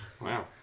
Wow